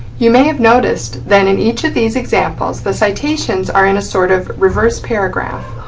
you may have noticed that in each of these examples the citations are in a sort of reverse paragraph,